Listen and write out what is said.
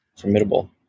formidable